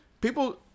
People